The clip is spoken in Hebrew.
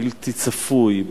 בלתי צפוי,